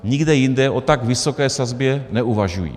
Nikde jinde o tak vysoké sazbě neuvažují.